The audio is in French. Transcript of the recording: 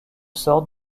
sort